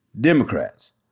Democrats